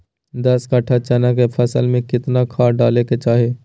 दस कट्ठा चना के फसल में कितना खाद डालें के चाहि?